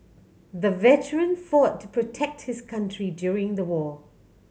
the veteran fought to protect his country during the war